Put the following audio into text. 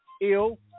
Ill